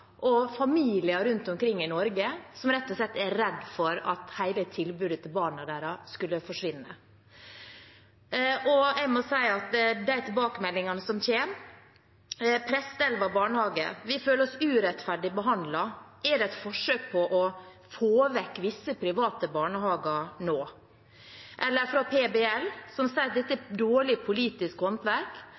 og familier rundt omkring i Norge som rett og slett er redde for at hele tilbudet til barna deres skal forsvinne. Jeg må også si noe om de tilbakemeldingene som kommer. Prestelva barnehage føler seg urettferdig behandlet og sier: Er det et forsøk på å få vekk visse private barnehager nå? Eller hva med PBL, som sier at dette er dårlig politisk håndverk,